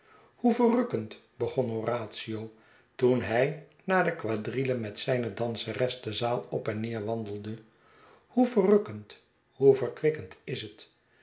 verrukkend begon horatio toen hij na de quadrille met zijne danseres de zaal op en neer wandelde hoe verrukkend hoe verkwikkelijk is het